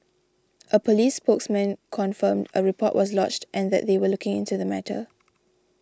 a police spokesman confirmed a report was lodged and that they were looking into the matter